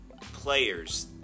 players